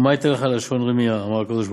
'מה יתן לך, לשון רמיה', אמר הקדוש-ברוך-הוא.